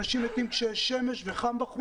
אנשים מתים כשיש שמש וחם בחוץ.